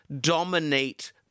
dominate